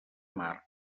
marc